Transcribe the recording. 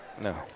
No